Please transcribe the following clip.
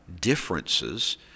differences